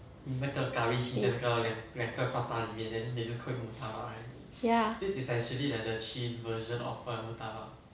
ya